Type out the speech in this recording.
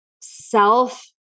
self